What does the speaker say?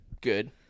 good